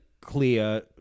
clear